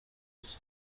iki